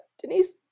Denise